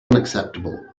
unacceptable